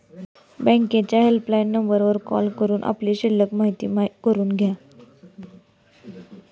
बँकेच्या हेल्पलाईन नंबरवर कॉल करून आपली शिल्लक माहिती करून घ्या